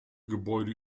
gebäude